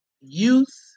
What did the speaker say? Youth